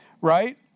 right